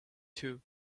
too